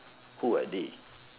who are they